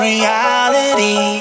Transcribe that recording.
Reality